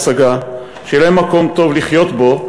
שיהיה להם מקום טוב לחיות בו,